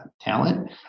Talent